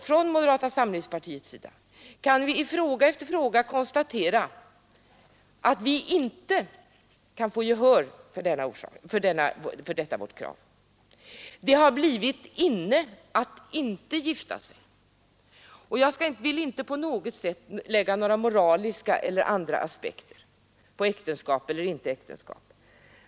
Från moderata samlingspartiets sida måste vi i fråga efter fråga konstatera att vi inte kan få gehör för detta vårt krav. Det har blivit inne att inte gifta sig. Jag vill inte på något sätt lägga moraliska eller andra aspekter på frågan om äktenskap eller inte äktenskap.